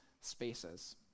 spaces